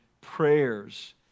prayers